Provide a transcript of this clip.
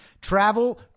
travel